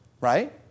right